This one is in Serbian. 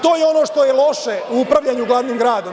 To je ono što je loše u upravljanju glavnim gradom.